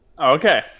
Okay